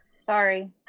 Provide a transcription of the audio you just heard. sorry